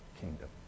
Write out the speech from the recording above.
kingdom